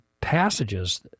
passages